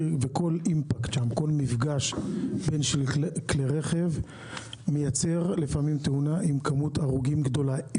כל מפגש שם בין שני כלי רכב מייצר לפעמים תאונה עם כמות הרוגים גדולה.